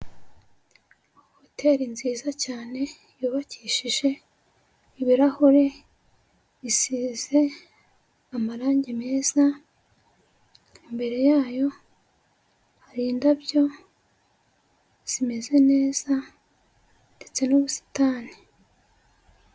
Hoteli nziza cyane yubakishije ibirahure bisize amarange meza, imbere yayo hari indabyo zimeze neza ndetse n'ubusitani.